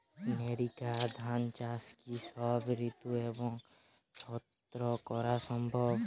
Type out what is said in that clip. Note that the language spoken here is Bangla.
নেরিকা ধান চাষ কি সব ঋতু এবং সবত্র করা সম্ভব?